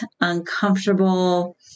uncomfortable